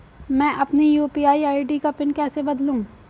मैं अपनी UPI ID का पिन कैसे बदलूं?